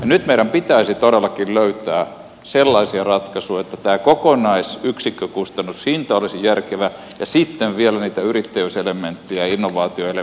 nyt meidän pitäisi todellakin löytää sellaisia ratkaisuja että tämä kokonaisyksikkökustannushinta olisi järkevä ja sitten vielä niitä yrittäjyyselementtejä ja innovaatioelementtejä että pärjätään myöskin niillä tuotteilla